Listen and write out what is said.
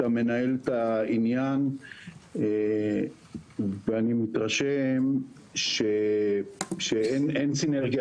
שאתה מנהל את העניין ואני מתרשם שאין סינרגיה